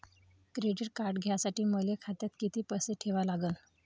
Credit card घ्यासाठी मले खात्यात किती पैसे ठेवा लागन?